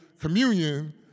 communion